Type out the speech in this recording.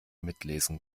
mitlesen